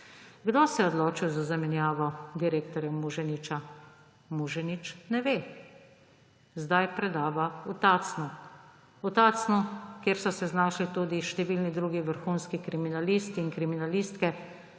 Kdo se je odločil za zamenjavo direktorja Muženiča? Muženič ne ve. Sedaj predava v Tacnu. V Tacnu, kjer so se znašli tudi številni drugi vrhunski kriminalisti in kriminalistke.